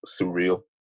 surreal